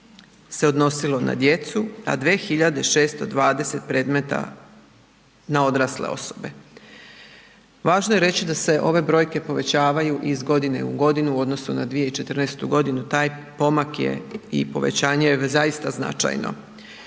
se odnosilo na djecu, a 2.620 predmeta na odrasle osobe. Važno je reći da se ove brojke povećavaju iz godine u godinu odnosno na 2014. godinu taj pomak je i povećanje zaista značajno.